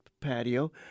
patio